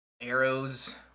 arrows